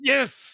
Yes